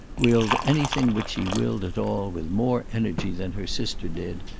willed anything which she willed at all with more energy than her sister did,